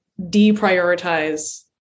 deprioritize